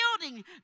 building